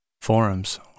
Forums